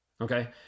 Okay